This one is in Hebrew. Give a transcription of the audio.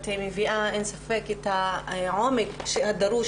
את מביאה ללא ספק את העומק הדרוש